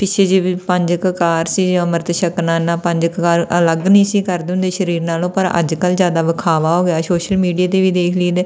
ਪਿੱਛੇ ਜਿਹੇ ਵੀ ਪੰਜ ਕਕਾਰ ਸੀ ਅੰਮ੍ਰਿਤ ਛੱਕਣਾ ਨਾ ਪੰਜ ਕਕਾਰ ਅਲੱਗ ਨਹੀਂ ਸੀ ਕਰਦੇ ਹੁੰਦੇ ਸਰੀਰ ਨਾਲੋਂ ਪਰ ਅੱਜ ਕੱਲ੍ਹ ਜ਼ਿਆਦਾ ਦਿਖਾਵਾ ਹੋ ਗਿਆ ਸ਼ੋਸ਼ਲ ਮੀਡੀਆ 'ਤੇ ਵੀ ਦੇਖ ਲਈਦਾ